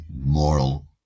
moral